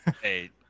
Hey